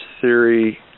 theory